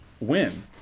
win